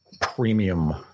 premium